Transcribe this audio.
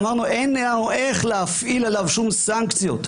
אמרנו שאין לנו איך להפעיל עליו שום סנקציות.